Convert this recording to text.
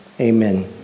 Amen